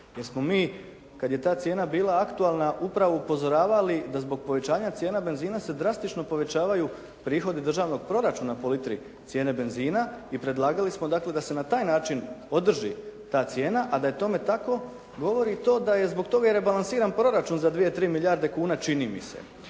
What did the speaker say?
jer smo mi kada je ta cijena bila aktualna upravo upozoravali da zbog povećanja cijena benzina se drastično povećavaju prihodi državnog proračuna po litri cijene benzina i predlagali smo dakle da se na taj način održi ta cijena, a da je tome tako govori i to da je zbog toga izbalansiran proračun za 2-3 milijarde kuna čini mi se.